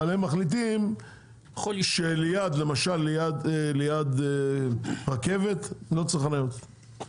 אבל הם מחליטים שלמשל ליד רכבת לא צריך חניות.